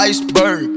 Iceberg